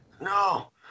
No